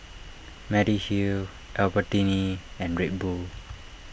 Mediheal Albertini and Red Bull